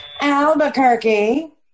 Albuquerque